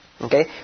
okay